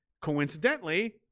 Coincidentally